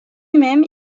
même